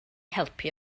helpu